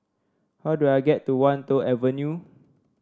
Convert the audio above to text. how do I get to Wan Tho Avenue